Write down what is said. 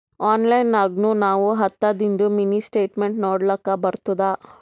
online ನಾಗ್ನು ನಾವ್ ಹತ್ತದಿಂದು ಮಿನಿ ಸ್ಟೇಟ್ಮೆಂಟ್ ನೋಡ್ಲಕ್ ಬರ್ತುದ